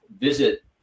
visit